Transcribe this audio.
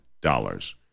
dollars